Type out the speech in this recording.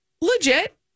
legit